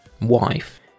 wife